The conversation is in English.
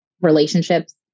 relationships